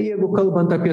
jeigu kalbant apie